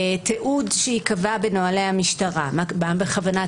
תיעוד שייקבע בנוהלי המשטרה מה בכוונת